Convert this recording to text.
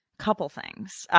couple things.